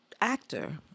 actor